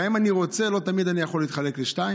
גם אם אני רוצה, לא תמיד אני יכול להתחלק לשניים.